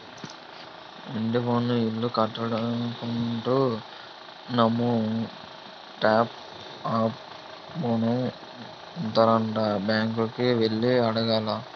ఇంటి పైన ఇల్లు కడదామనుకుంటున్నాము టాప్ అప్ ఋణం ఇత్తారట బ్యాంకు కి ఎల్లి అడగాల